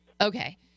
Okay